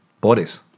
bodies